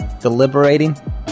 Deliberating